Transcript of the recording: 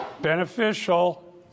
beneficial